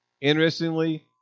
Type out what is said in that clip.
Interestingly